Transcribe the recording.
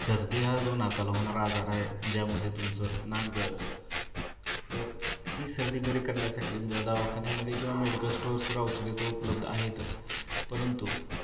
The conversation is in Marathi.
सर्दी हा जो नाकाला होणारा आजार आहे ज्यामध्ये तुमचं नाक गळतं तर ही सर्दी बरी करण्यासाठी ज दवाखान्यामध्ये किंवा मेडिकल स्टोर्सवर औषधे तर उपलब्ध आहेतच परंतु